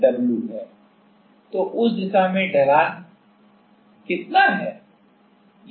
तो उस दिशा में ढलान क्या है